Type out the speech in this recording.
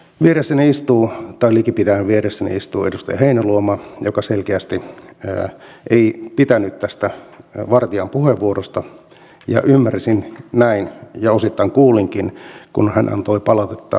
vieressäni istuu tai liki pitäen vieressäni istuu edustaja heinäluoma joka selkeästi ei pitänyt tästä vartian puheenvuorosta ja ymmärsin näin ja osittain kuulinkin kun hän antoi palautetta puheenjohtaja niinistölle